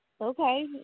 Okay